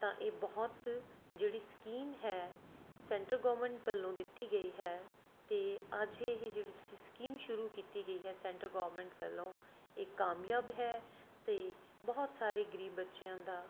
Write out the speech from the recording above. ਤਾਂ ਇਹ ਬਹੁਤ ਜਿਹੜੀ ਸਕੀਮ ਹੈ ਸੈਂਟਰਲ ਗਵਰਨਮੈਂਟ ਵੱਲੋਂ ਦਿੱਤੀ ਗਈ ਹੈ ਅਤੇ ਅੱਜ ਇਹ ਜਿਹੜੀ ਸਕੀਮ ਸ਼ੁਰੂ ਕੀਤੀ ਗਈ ਹੈ ਸੈਂਟਰਲ ਗਵਰਨਮੈਂਟ ਵੱਲੋਂ ਇਹ ਕਾਮਯਾਬ ਹੈ ਅਤੇ ਬਹੁਤ ਸਾਰੇ ਗਰੀਬ ਬੱਚਿਆਂ ਦਾ